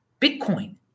Bitcoin